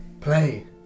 Play